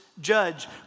judge